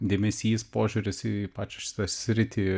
dėmesys požiūris į pačią šitą sritį